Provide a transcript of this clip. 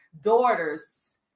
daughters